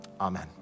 Amen